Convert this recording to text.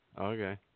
Okay